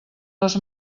les